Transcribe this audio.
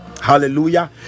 hallelujah